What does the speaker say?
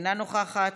אינה נוכחת,